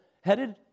headed